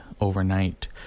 overnight